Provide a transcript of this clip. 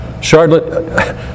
Charlotte